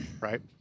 right